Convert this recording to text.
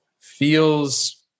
feels